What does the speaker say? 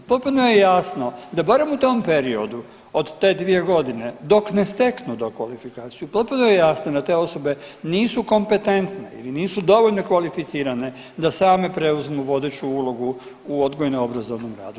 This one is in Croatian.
Potpuno je jasno da barem u tom periodu od te 2 godine dok ne steknu dokvalifikaciju potpuno je jasno da te osobe nisu kompetentne i nisu dovoljno kvalificirane da same preuzmu vodeću ulogu u odgojno obrazovnom radu.